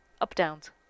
up-downs